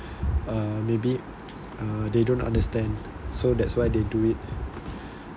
uh maybe uh they don't understand so that's why they do it